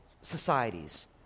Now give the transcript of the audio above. societies